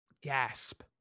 gasp